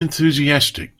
enthusiastic